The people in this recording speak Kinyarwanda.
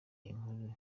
inkuru